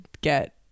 get